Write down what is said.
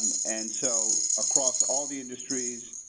and so across all the industries,